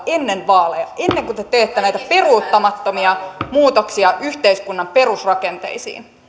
ennen vaaleja ennen kuin te teette näitä peruuttamattomia muutoksia yhteiskunnan perusrakenteisiin